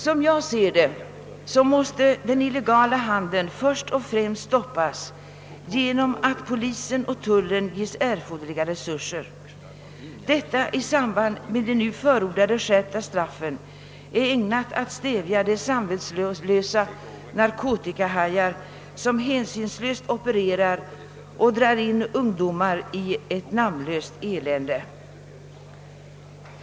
Som jag ser det måste den illegala handeln först och främst stoppas genom att åt polisen och tullen ges erforderliga resurser. Detta i samband med de nu förordade skärpta straffen är ägnat att stävja de samvetslösa narkotikahajar, vilka hänsynslöst opererar och drar in ungdomar i ett namnlöst elände.